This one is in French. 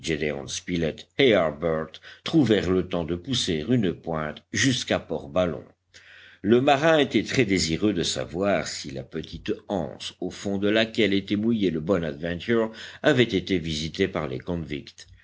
harbert trouvèrent le temps de pousser une pointe jusqu'à port ballon le marin était très désireux de savoir si la petite anse au fond de laquelle était mouillé le bonadventure avait été visitée par les